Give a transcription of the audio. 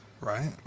right